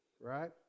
right